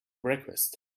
breakfast